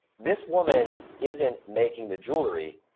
this woman isn't making the jewelry.